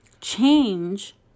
change